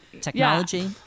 technology